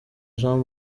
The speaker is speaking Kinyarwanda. jean